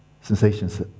sensations